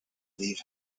leave